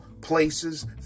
places